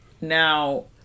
Now